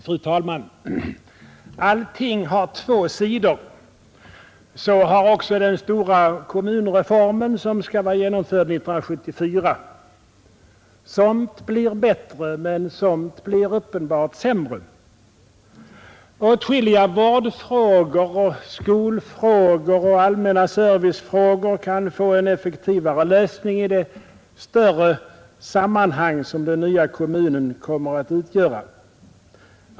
Fru talman! Allting har två sidor. Så har också den stora kommunreformen, som skall vara genomförd 1974. Somt blir bättre men somt blir uppenbart sämre. Åtskilliga vårdfrågor, skolfrågor och allmänna servicefrågor kan få en effektivare lösning i det större sammanhang som den nya kommunen kommer att utgöra.